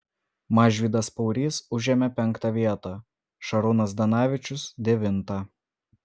mažvydas paurys užėmė penktą vietą šarūnas zdanavičius devintą